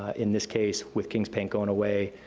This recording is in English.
ah in this case, with king's paint going away,